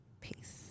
Peace